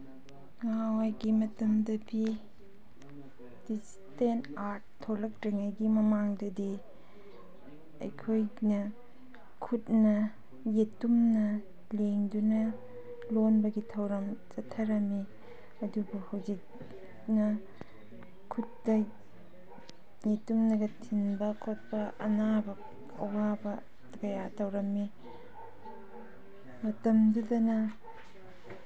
ꯅꯍꯥꯟꯋꯥꯏꯒꯤ ꯃꯇꯝꯗꯗꯤ digital art ꯊꯣꯛꯂꯛꯇ꯭ꯔꯤꯉꯩꯒꯤ ꯃꯃꯥꯡꯗꯗꯤ ꯑꯩꯈꯣꯏꯅ ꯈꯨꯠꯅ ꯌꯦꯇꯨꯝꯅ ꯂꯦꯡꯗꯨꯅ ꯂꯣꯟꯕꯒꯤ ꯊꯧꯔꯝ ꯆꯠꯊꯔꯝꯃꯤ ꯑꯗꯨꯕꯨ ꯍꯧꯖꯤꯛꯅ ꯈꯨꯠꯇ ꯌꯦꯇꯨꯝꯅꯒ ꯊꯤꯟꯕ ꯈꯣꯠꯄ ꯑꯅꯥꯕ ꯑꯋꯥꯕ ꯀꯌꯥ ꯇꯧꯔꯝꯃꯤ ꯃꯇꯝꯗꯨꯗꯅ